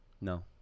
No